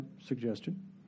suggestion